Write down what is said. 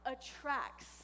attracts